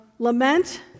Lament